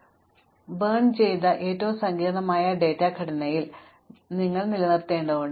അതിനാൽ ഈ കുപ്പി കഴുത്തിൽ ചുറ്റി സഞ്ചരിക്കാൻ സജീവമാക്കുക കത്തിച്ച സമയം ഏറ്റവും സങ്കീർണ്ണമായ ഡാറ്റാ ഘടനയിൽ ഞങ്ങൾ നിലനിർത്തേണ്ടതുണ്ട്